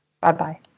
Bye-bye